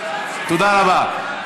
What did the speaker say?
תודה רבה.